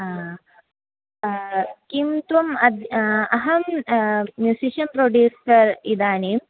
आ किं त्वम् अद् अहं म्यूसिषियन् प्रोड्यूस्टर् इदानीम्